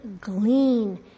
glean